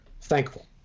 thankful